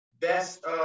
best